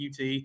UT